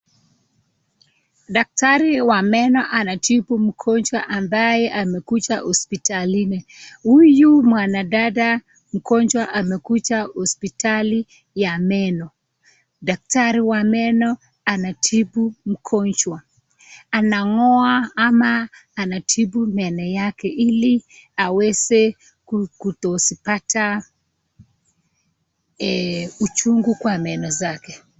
Daktari wa meno anatibu mgonjwa ambaye amekuja hospitalini, huyu mwana dada mgonjwa amekuja hospitali ya meno, daktari wa meno anatibu mgonjwa, anangoa ama anatibu meno yake ili aweze kutozipata ujungu kwa meno zake.